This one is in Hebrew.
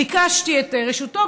ביקשתי את רשותו,